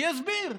שיסביר,